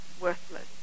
worthless